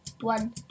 One